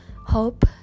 hope